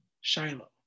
Shiloh